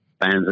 fans